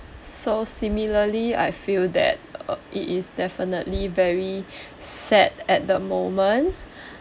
so similarly I feel that uh it is definitely very sad at the moment